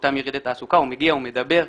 באותם ירידי תעסוקה, הוא מגיע והוא מדבר.